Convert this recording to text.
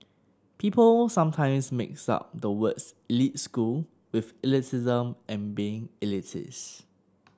people sometimes mix up the words elite school with elitism and being elitist